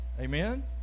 Amen